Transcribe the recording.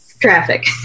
Traffic